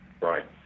Right